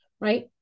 right